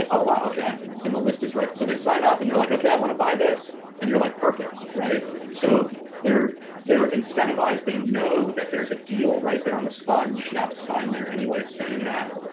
ah oh wow, okay. and the list is right. so they sign up and they're like, okay, i wanna buy this, and you're like, perfect! so they're they're incentivized, they know that there's a deal right there on the spot, you should have a sign there anyway saying that.